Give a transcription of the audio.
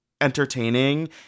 entertaining